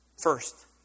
First